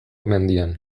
mendian